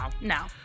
no